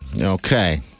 Okay